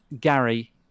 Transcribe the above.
gary